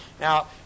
Now